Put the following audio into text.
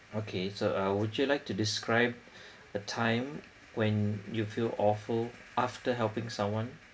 okay so uh would you like to describe a time when you feel awful after helping someone